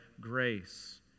grace